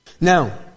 Now